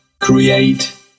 create